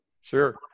Sure